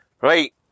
Right